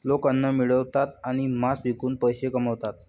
लोक अन्न मिळवतात आणि मांस विकून पैसे कमवतात